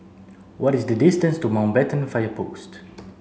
what is the distance to Mountbatten Fire Post